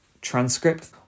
transcript